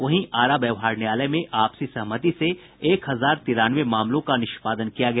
वहीं आरा व्यवहार न्यायालय में आपसी सहमति से एक हजार तिरानबे मामलों का निष्पादन किया गया